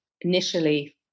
initially